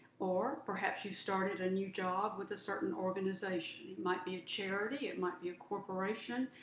or perhaps you've started a new job with a certain organization. it might be a charity. it might be a corporation.